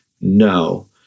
No